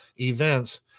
events